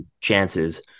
chances